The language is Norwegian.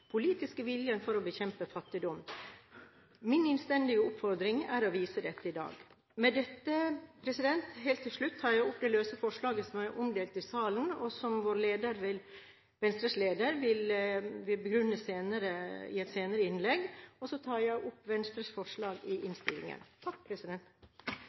politiske viljen» til å bekjempe fattigdom. Min innstendige oppfordring er å vise dette i dag. Helt til slutt tar jeg opp det forslaget fra Venstre som er omdelt i salen, og som Venstres leder vil begrunne i et senere innlegg. I tillegg tar jeg opp Venstres forslag i